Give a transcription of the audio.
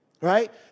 right